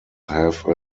have